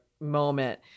moment